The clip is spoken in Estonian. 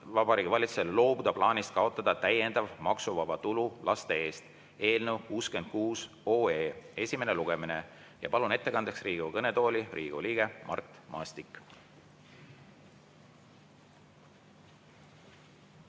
Vabariigi Valitsusele loobuda plaanist kaotada täiendav maksuvaba tulu laste eest" eelnõu 66 esimene lugemine. Palun ettekandeks Riigikogu kõnetooli Riigikogu liikme Mart Maastiku!